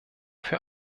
für